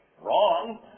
wrong